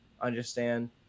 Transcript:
understand